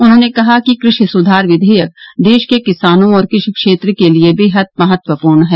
उन्होंने कहा कि क्रषि सुधार विधेयक देश के किसानों और कृषि क्षेत्र के लिये बेहद महत्वपूर्ण हैं